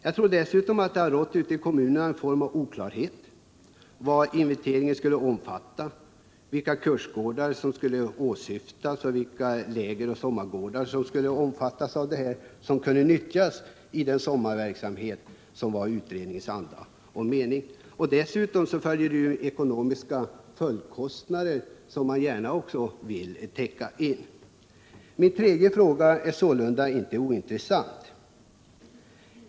Jag tror att det ute i kommunerna har rått en oklarhet om vad inventeringen skulle omfatta, vilka kursgårdar, lägeroch sommargårdar som kan utnyttjas i utredningens anda och mening. Dessutom vill man gärna täcka in de kostnader som blir följden. Min tredje fråga är sålunda inte ointressant.